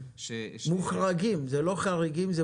אלו מוחרגים, אלו לא חריגים.